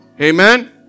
amen